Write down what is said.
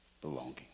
belonging